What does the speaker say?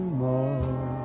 more